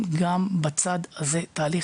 תהליך מצוין גם בצד הזה.